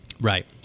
Right